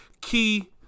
key